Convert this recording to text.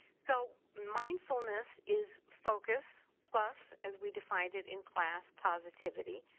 so mindfulness is focus plus, as we defined it in class, positivity,